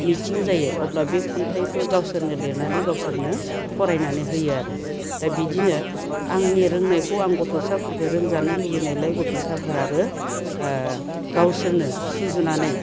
मिथिं जायो अब्ला बे खन्थाइखो गावसोरनो लिरनानै गावसोरनो फरायनानै होयो आरो दा बिदिनो आंनि रोंनायखौ आं गथ'साफोरखो रोंजानो लुगैनायलाय गथ'साफोराबो ओ गावसोरनो सुजुनानै